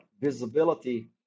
visibility